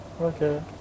Okay